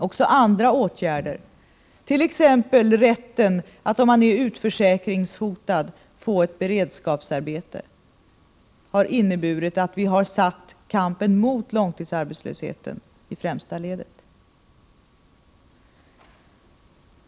Också andra åtgärder, t.ex. rätten att om man är utförsäkringshotad få ett beredskapsarbete, har inneburit att vi har satt kampen mot långtidsarbetslösheten i främsta rummet.